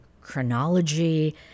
chronology